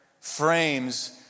frames